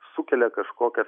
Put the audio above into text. sukelia kažkokias